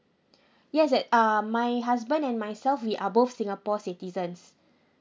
yes that uh my husband and myself we are both singapore citizens